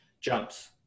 Jumps